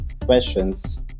questions